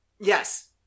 Yes